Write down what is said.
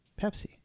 Pepsi